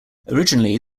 originally